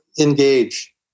engage